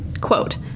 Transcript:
Quote